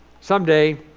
someday